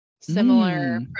similar